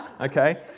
Okay